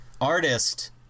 artist